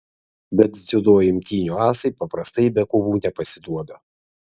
bet dziudo imtynių asai paprastai be kovų nepasiduoda